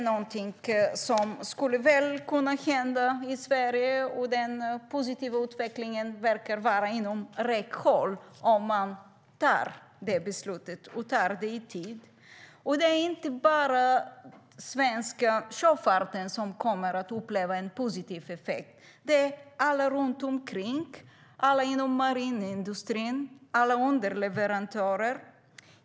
Denna positiva utveckling verkar vara inom räckhåll även i Sverige, om man fattar beslutet i tid. Det är inte bara den svenska sjöfarten som kommer att uppleva en positiv effekt utan också alla runt omkring, inom marinindustrin och alla underleverantörer.